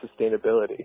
sustainability